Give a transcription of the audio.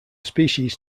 species